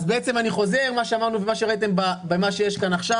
אז אני חוזר על מה שאמרנו ומה שראיתם במה שיש כאן עכשיו,